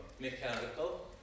mechanical